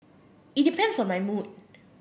it depends on my mood